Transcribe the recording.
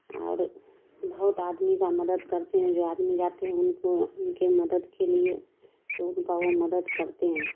اور بہت آدمی کا مدد کرتے ہیں جو آدمی جاتے ہیں ان کو ان کے مدد کے لیے تو ان کا وہ مدد کرتے ہیں